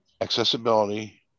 accessibility